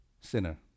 sinner